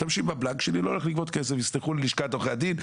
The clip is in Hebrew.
תסלח לי לשכת עורכי הדין.